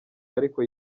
ariko